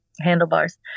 handlebars